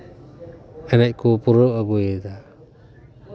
ᱮᱱᱮᱡ ᱠᱚ ᱯᱩᱨᱟᱹᱣ ᱟᱹᱜᱩᱭᱮᱫᱟ